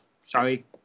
sorry